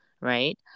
right